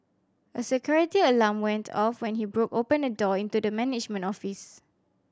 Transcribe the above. a security alarm went off when he broke open a door into the management office